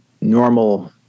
normal